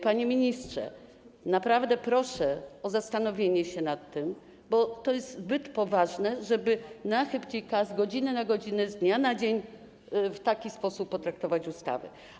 Panie ministrze, naprawdę proszę o zastanowienie się nad tym, bo to jest zbyt poważne, żeby na chybcika, z godziny na godzinę, z dnia na dzień w taki sposób potraktować ustawy.